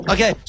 Okay